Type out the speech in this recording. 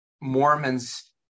Mormons